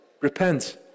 Repent